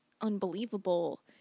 unbelievable